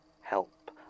help